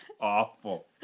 awful